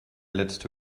letzte